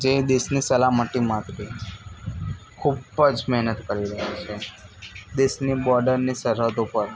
જે દેશની સલામતી માટે ખૂબ જ મહેનત કરી રહ્યા છે દેશની બોર્ડરને સરહદ ઉપર